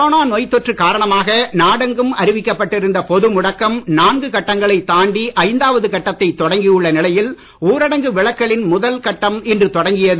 corona நோய்த் தொற்று காரணமாக நாடெங்கும் அறிவிக்கப்பட்டிருந்த பொது முடக்கம் நான்கு கட்டங்களை தாண்டி ஐந்தாவது கட்டத்தை தொடங்கியுள்ள நிலையில் ஊரடங்கு விலக்கலின் முதல் கட்டம் இன்று தொடங்கியது